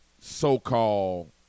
so-called